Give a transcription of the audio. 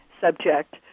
subject